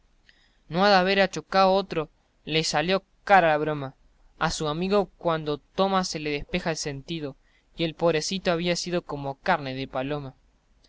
no ha de haber achocao otro le salió cara la broma a su amigo cuando toma se le despeja el sentido y el pobrecito había sido como carne de paloma